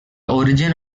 origin